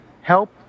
help